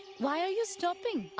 why are you stopping?